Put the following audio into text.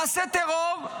ל"מעשה טרור"